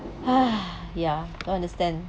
ha yeah don't understand